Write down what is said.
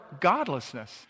godlessness